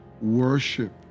Worship